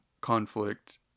conflict